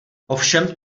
ovšem